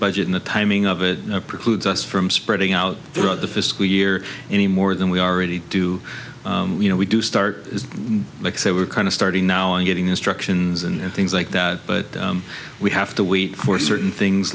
budget in the timing of it precludes us from spreading out throughout the fiscal year any more than we already do you know we do start like so we're kind of starting now and getting instructions and things like that but we have to wait for certain things